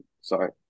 sorry